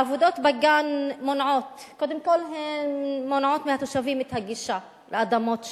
העבודות בגן מונעות מהתושבים את הגישה לאדמות שלהם.